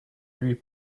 lui